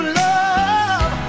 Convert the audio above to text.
love